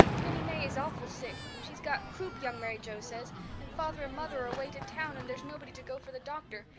minnie may is awful sick she's got croup. young mary joe says and father and mother are away to town and there's nobody to go for the doctor.